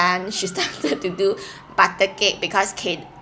she started to do butter cake because cake